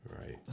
Right